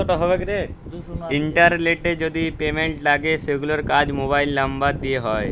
ইলটারলেটে যদি পেমেল্ট লাগে সেগুলার কাজ মোবাইল লামবার দ্যিয়ে হয়